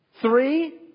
Three